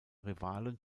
rivalen